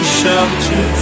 shelter